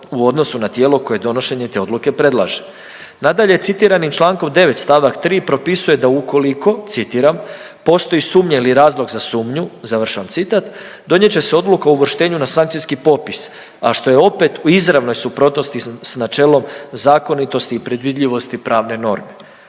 u odnosu na tijelo koje donošenje te odluke predlaže. Nadalje, citiranim čl. 9. st. 3. propisuje da ukoliko, citiram, postoji sumnja ili razlog za sumnju, završavam citat, donijet će se odluka o uvrštenju na sankcijski popis, a što je opet u izravnoj suprotnosti s načelom zakonitosti i predvidljivosti pravne norme.